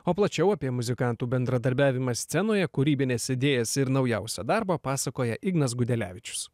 o plačiau apie muzikantų bendradarbiavimą scenoje kūrybines idėjas ir naujausią darbą pasakoja ignas gudelevičius